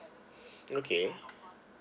okay